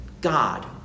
God